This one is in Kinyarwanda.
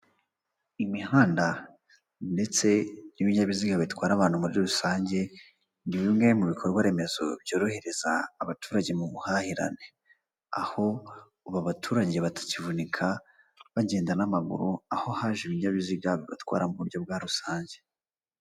Imihanda ndetse n'ibinyabiziga bitwara abantu muri rusange ni bimwe mu bikorwa remezo byorohereza abaturage mu buhahirane, aho ubu abaturage batakivunika bagenda n'amaguru aho haje ibinyabiziga bibatwara mu buryo bwa rusange.